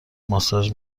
ماساژ